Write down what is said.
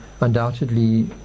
undoubtedly